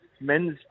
men's